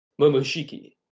Momoshiki